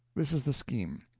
this is the scheme.